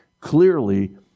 clearly